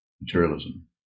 Materialism